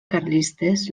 carlistes